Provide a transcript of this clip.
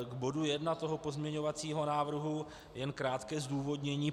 K bodu 1 pozměňovacího návrhu jen krátké zdůvodnění.